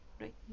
right